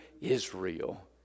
Israel